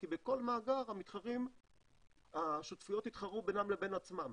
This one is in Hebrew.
כי בכל מאגר השותפויות יתחרו בינן לבין עצמן.